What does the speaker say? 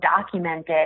documented